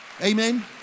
Amen